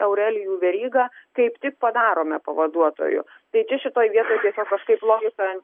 aurelijų verygą kaip tik padarome pavaduotoju tai čia šitoj vietoj tiesiog kažkaip logika